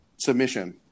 Submission